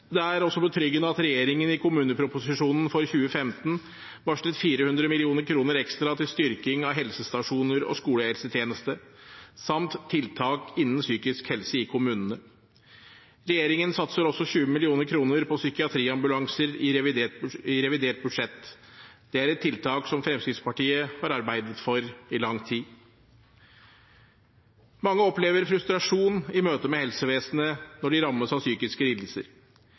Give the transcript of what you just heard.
Det er også betryggende at regjeringen i kommuneproposisjonen for 2015 varslet 400 mill. kr ekstra til styrking av helsestasjoner og skolehelsetjeneste samt tiltak innen psykisk helse i kommunene. Regjeringen satser også 20 mill. kr på psykiatriambulanser i revidert budsjett. Det er et tiltak som Fremskrittspartiet har arbeidet for i lang tid. Mange opplever frustrasjon i møtet med helsevesenet når de rammes av psykiske lidelser.